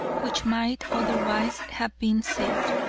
which might otherwise have been saved.